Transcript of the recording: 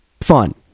fun